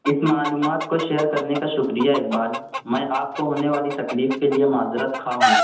اس معلومات کو شیئر کرنے کا شکریہ اقبال میں آپ کو ہونے والی تکلیف کے لیے معذرت خواہ ہوں